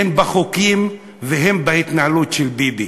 הן בחוקים והן בהתנהלות של ביבי.